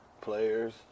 players